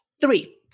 three